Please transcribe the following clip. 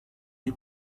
wie